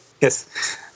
Yes